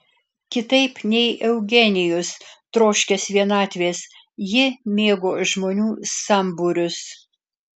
kitaip nei eugenijus troškęs vienatvės ji mėgo žmonių sambūrius